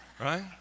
right